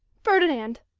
ferdinand!